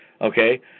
Okay